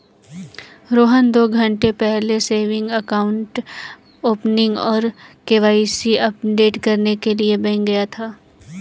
रोहन दो घन्टे पहले सेविंग अकाउंट ओपनिंग और के.वाई.सी अपडेट करने के लिए बैंक गया था